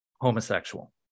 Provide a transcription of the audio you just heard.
homosexual